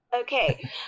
Okay